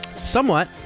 Somewhat